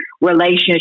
relationship